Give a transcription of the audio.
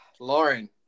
Lauren